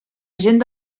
agent